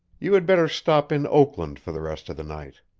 you had better stop in oakland for the rest of the night.